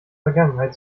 vergangenheit